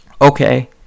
okay